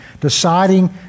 deciding